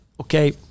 Okay